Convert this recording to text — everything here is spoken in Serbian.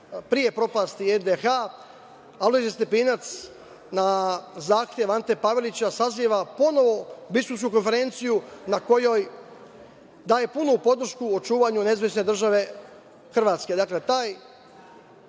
pre propasti NDH, Alojzije Stepinac na zahtev Ante Pavelića saziva ponovo biskupsku konferenciju na kojoj daju punu podršku očuvanju NDH. Dakle, taj hrvatski